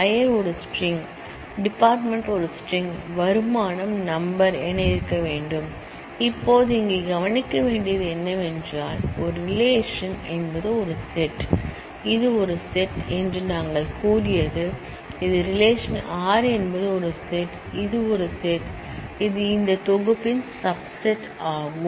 பெயர் ஒரு ஸ்ட்ரிங்டிபார்ட்மென்ட் ஒரு ஸ்ட்ரிங்வருமானம் நம்பர் என இருக்க வேண்டும் இப்போது இங்கே கவனிக்க வேண்டியது என்னவென்றால் ஒரு ரிலேஷன் என்பது ஒரு செட் இது ஒரு செட் என்று நாங்கள் கூறியது இது ரிலேஷன் R என்பது ஒரு செட் இது ஒரு செட் இது இந்த தொகுப்பின் சப் செட் ஆகும்